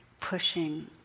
pushing